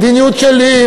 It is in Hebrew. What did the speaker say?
המדיניות שלי,